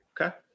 Okay